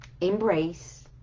embrace